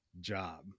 job